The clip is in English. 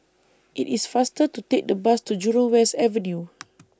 IT IS faster to Take The Bus to Jurong West Avenue